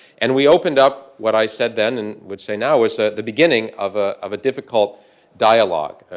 and we opened up what i said then and would say now is ah the beginning of ah of a difficult dialogue.